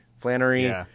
Flannery